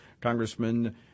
Congressman